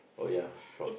oh ya sure